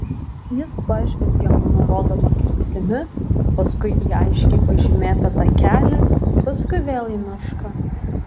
jis pažvelgė mano rodoma kryptimi paskui į aiškiai pažymėtą takelį paskui vėl į mišką